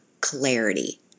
clarity